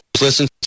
listen